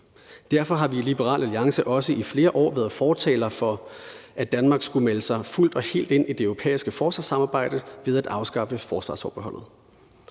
Derfor har vi i Liberal Alliance også i flere år været fortalere for, at Danmark skulle melde sig fuldt og helt ind i det europæiske forsvarssamarbejde ved at afskaffe forsvarsforbeholdet.